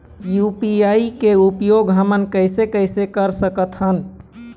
UPI के उपयोग हमन कैसे कैसे कर सकत हन?